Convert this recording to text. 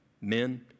men